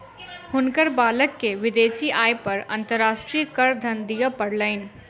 हुनकर बालक के विदेशी आय पर अंतर्राष्ट्रीय करधन दिअ पड़लैन